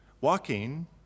walking